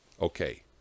Okay